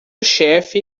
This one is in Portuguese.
chefe